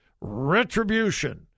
retribution